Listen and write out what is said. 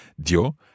dio